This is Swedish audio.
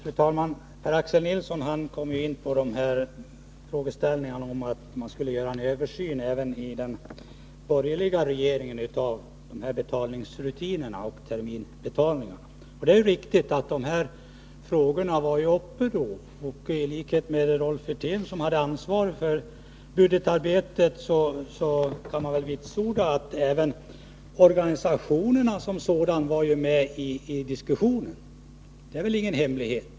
Fru talman! Per-Axel Nilsson kom in på att även den borgerliga regeringen skulle göra en översyn av betalningsrutinerna och terminsbetalningarna. Det är riktigt att de frågorna var uppe. I likhet med Rolf Wirtén, som hade ansvaret för budgetarbetet, kan jag vitsorda att även organisationerna var med i diskussionen — det är väl ingen hemlighet.